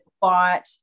bought